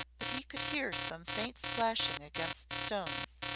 but he could hear some faint splashing against stones.